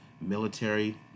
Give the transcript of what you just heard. military